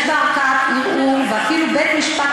יש בה ערכאת ערעור ואפילו בית-משפט